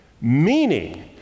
Meaning